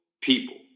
people